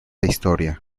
historia